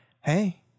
Hey